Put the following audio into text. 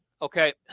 Okay